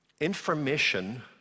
Information